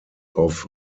auf